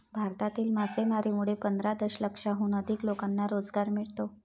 भारतातील मासेमारीमुळे पंधरा दशलक्षाहून अधिक लोकांना रोजगार मिळतो